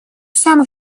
самых